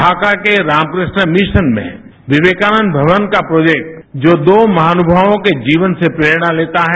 ढाका के रामकृष्ण मिशन में विवेकानंद भवन का प्रोजेक्ट जो दो महानुभावों के जीवन से प्रेरणा लेता है